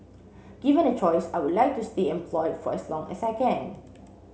given a choice I would like to stay employed for as long as I can